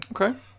okay